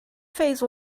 phase